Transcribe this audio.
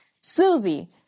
Susie